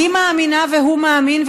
היא מאמינה והוא מאמין,